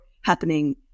happening